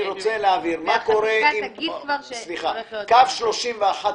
אני רוצה להבהיר: מה קורה עם קו 31 בירושלים?